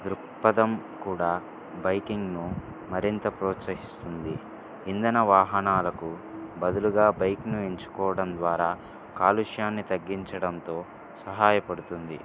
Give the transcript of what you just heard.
దృక్పథం కూడా బైకింగ్కు మరింత ప్రోత్సహిస్తుంది ఇంధన వాహనాలకు బదులుగా బైక్ను ఎంచుకోవడం ద్వారా కాలుష్యాన్ని తగ్గించడంతో సహాయపడుతుంది